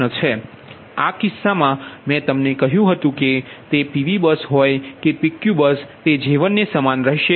તેથી આ કિસ્સામાં મેં તમને કહ્યું હતું કે તે PV બસ હોય કે PQ બસ J1સમાન રહેશે